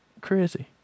Crazy